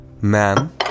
Ma'am